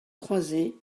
croises